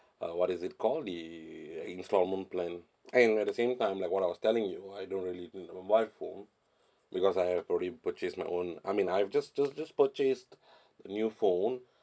uh what is it call the instalment plan and at the same time like what I was telling you I don't really need a mobile phone because I've already purchased my own I mean I've just just just purchase a new phone